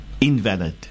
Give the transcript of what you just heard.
invalid